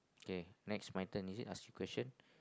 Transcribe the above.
okay next my turn is it ask you question